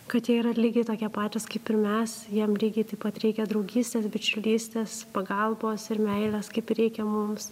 kad jie yra lygiai tokie patys kaip ir mes jiem lygiai taip pat reikia draugystės bičiulystės pagalbos ir meilės kaip ir reikia mums